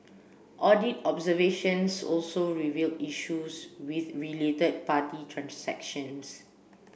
audit observations also revealed issues with related party transactions